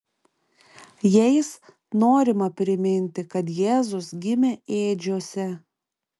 jais norima priminti kad jėzus gimė ėdžiose